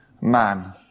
man